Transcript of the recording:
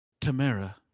Tamara